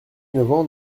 innovant